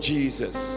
Jesus